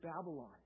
Babylon